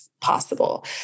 possible